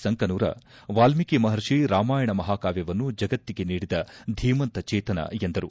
ಸಂಕನೂರ ವಾಲ್ಮೀಕಿ ಮಹರ್ಷಿ ರಾಮಾಯಣ ಮಹಾಕಾವ್ಯವನ್ನು ಜಗತ್ತಿಗೆ ನೀಡಿದ ಧೀಮಂತ ಚೇತನ ಎಂದರು